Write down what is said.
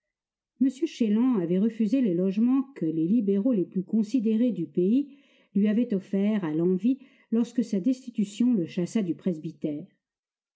m chélan avait refusé les logements que les libéraux les plus considérés du pays lui avaient offerts à l'envi lorsque sa destitution le chassa du presbytère